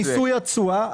מיסוי התשואה,